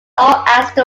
astro